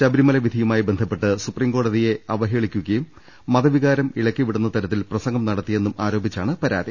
ശബരിമല വിധിയുമായി ബന്ധ പ്പെട്ട് സൂപ്രീംകോടതിയെ അവഹേളിക്കുകയും മതവികാരം ഇളക്കിവിടുന്ന തരത്തിൽ പ്രസംഗം നടത്തിയെന്നും ആരോപിച്ചാണ് പരാതി